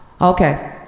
Okay